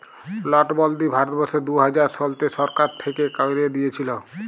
লটবল্দি ভারতবর্ষে দু হাজার শলতে সরকার থ্যাইকে ক্যাইরে দিঁইয়েছিল